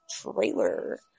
trailer